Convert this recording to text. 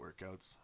workouts